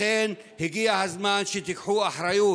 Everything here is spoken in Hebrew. לכן, הגיע הזמן שתיקחו אחריות.